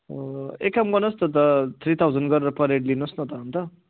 ओ एक काम गर्नुहोस् न त थ्री थाउजन्ड गरेर पर हेड लिनुहोस् न त अन्त